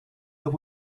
that